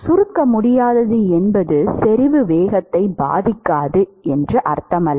சுருக்க முடியாதது என்பது செறிவு வேகத்தை பாதிக்காது என்று அர்த்தமல்ல